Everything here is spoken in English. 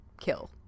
kill